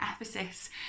Ephesus